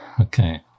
Okay